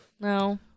No